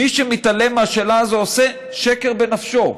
מי שמתעלם מהשאלה הזאת עושה שקר בנפשו.